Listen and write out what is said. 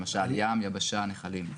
למשל, ים, יבשה, נחלים.